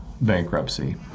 bankruptcy